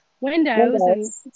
windows